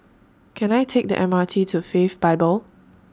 Can I Take The M R T to Faith Bible